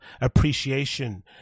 appreciation